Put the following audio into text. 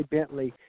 Bentley